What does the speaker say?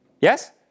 Yes